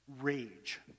rage